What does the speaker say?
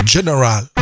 General